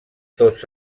tots